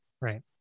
right